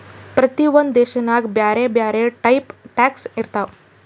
ಪ್ರತಿ ಒಂದ್ ದೇಶನಾಗ್ ಬ್ಯಾರೆ ಬ್ಯಾರೆ ಟೈಪ್ ಟ್ಯಾಕ್ಸ್ ಇರ್ತಾವ್